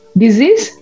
disease